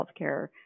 healthcare